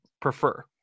prefer